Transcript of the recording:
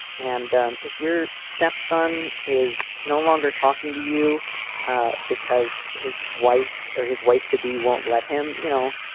and um if your stepson is no longer talking to you ah because his wife or his wife to be won't let him, you know.